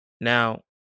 Now